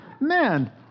Man